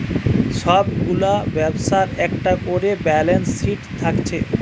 সব গুলা ব্যবসার একটা কোরে ব্যালান্স শিট থাকছে